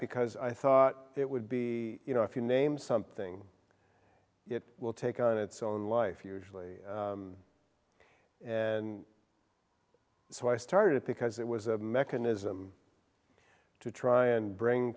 because i thought it would be you know if you name something it will take on its own life usually and so i started because it was a mechanism to try and bring